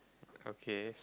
okay